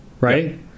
right